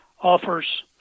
offers